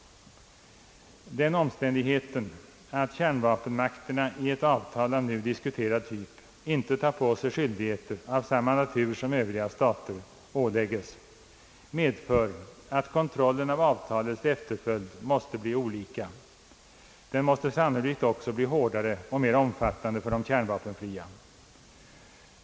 Den omständigheten att kärnvapenmakterna i ett avtal av nu diskuterad typ inte vill ta på sig skyldigheter av samma natur som Övriga stater åläggs medför, att kontrollen av avtalets efterföljd måste bli olika. Den måste sannolikt bli hårdare och mera omfattande för de kärnvapenfria.